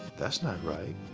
that's not right,